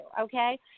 okay